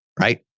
right